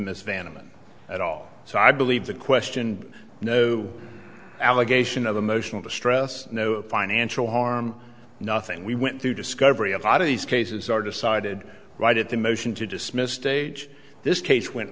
vandeman at all so i believe the question no allegation of emotional distress no financial harm nothing we went through discovery a lot of these cases are decided right at the motion to dismiss stage this case wen